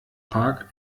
park